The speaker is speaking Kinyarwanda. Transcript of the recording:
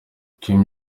kim